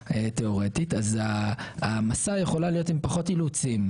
הכלכלית-תיאורטית ההעמסה יכולה להיות עם פחות אילוצים,